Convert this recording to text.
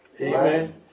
Amen